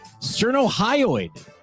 Sternohyoid